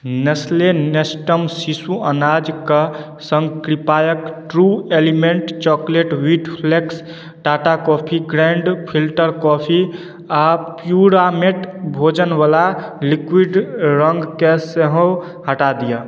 Nestle Nestum शिशु अनाज कऽ सङ्ग कृपआक true element chocolate wheat flakes Tata coffee grand filter coffee आ प्युरामेट भोजनवला लिक्विड रङ्गके सेहो हटा दिअ